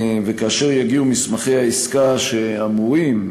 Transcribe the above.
כאשר יגיעו מסמכי העסקה שאמורים,